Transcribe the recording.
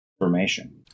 information